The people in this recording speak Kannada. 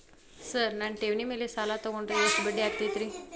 ಸರ್ ನನ್ನ ಠೇವಣಿ ಮೇಲೆ ಸಾಲ ತಗೊಂಡ್ರೆ ಎಷ್ಟು ಬಡ್ಡಿ ಆಗತೈತ್ರಿ?